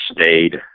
stayed